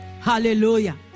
hallelujah